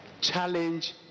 Challenge